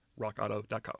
rockauto.com